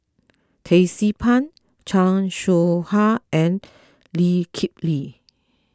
Tracie Pang Chan Soh Ha and Lee Kip Lee